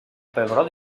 pebrot